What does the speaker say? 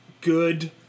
good